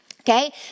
okay